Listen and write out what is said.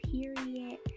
Period